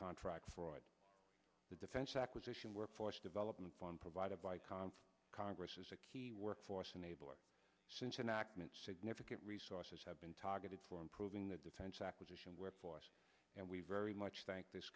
contract for the defense acquisition workforce development fund provided by com congress is a key workforce enabler since an act meant significant resources have been targeted for improving the defense acquisition where and we very much thank this